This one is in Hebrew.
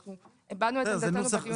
אנחנו הבענו את עמדתנו בדיון --- בסדר,